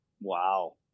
wow